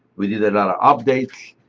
we did a lot of updates.